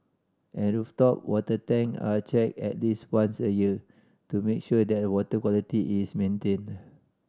and rooftop water tank are checked at least once a year to make sure that water quality is maintained